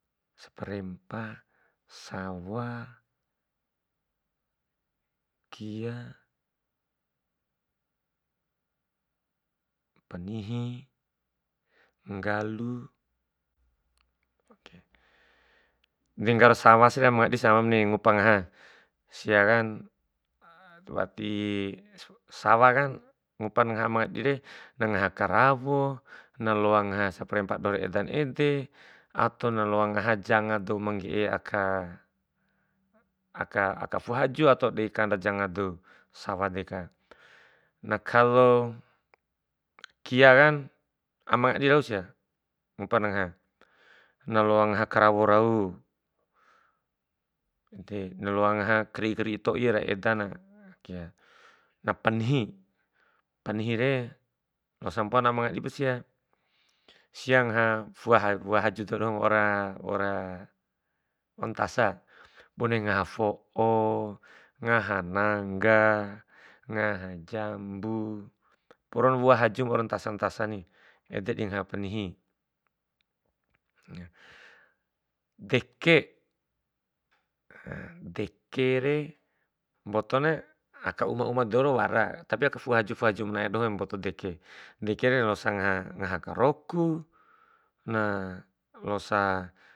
Saprempa, sawa, kia, panihi, nggalu, de nggara sawa si amangadi sama pa ni nangupa na, siakan wati, sawa kan ngupana ngaha amangadire na loa karawo, na loa ngaha saparempa doho ra edan ede ato na loa ngaha janga dou ma ngge'e aka, aka- aka fu'u haju atao de'i kanda janga dou, sawa deka. Na, kalo kia kan ama ngadi rau sia, ngupana ngaha, na loa ngaha karawo rau, ede na loa ngaha kari'i kari'i toi ra edana. Na panihi, panihire losa mpoana amangadip sia, sia ngaha fua wua haju dou doho ma waura waura ntasa, bune ngaha fo'o, ngaha nangga, ngaha jambu, porona wua haju ma waura ntasa ntasa ni, ede ndi ngaha panihini.deke dekere mbotona aka uma- uma dou rau wara, tapi aka fu'u haju fu'u haju manae nae mboto deke, dekere na losa ngaha, ngaha karoku, na losa.